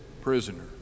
prisoner